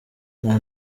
nta